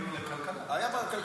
כלכלה, היה בכלכלה.